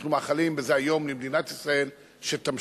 אנחנו מאחלים בזה היום למדינת ישראל שתמשיך